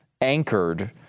anchored